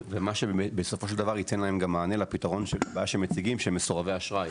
ומה שבסופו של דבר ייתן להם גם מענה לבעיה שמציגים שהם מסורבי אשראי,